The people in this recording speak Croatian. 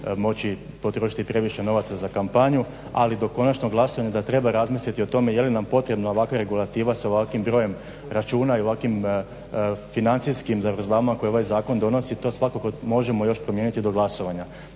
moći potrošiti previše novaca za kampanju ali do konačnog glasovanja da treba razmisliti o tome jeli nam potrebno ovakva regulativa sa ovakvim brojem računa i ovakvim financijskim zavrzlamama koje ovaj zakon donosi. To svakako možemo još promijeniti do glasovanje.